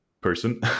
person